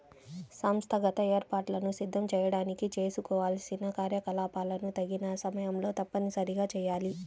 సంస్థాగత ఏర్పాట్లను సిద్ధం చేయడానికి చేసుకోవాల్సిన కార్యకలాపాలను తగిన సమయంలో తప్పనిసరిగా చేయాలి